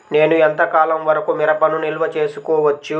నేను ఎంత కాలం వరకు మిరపను నిల్వ చేసుకోవచ్చు?